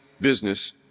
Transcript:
business